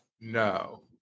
No